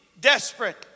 desperate